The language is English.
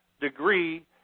degree